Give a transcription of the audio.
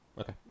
Okay